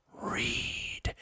Read